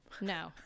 No